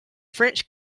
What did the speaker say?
french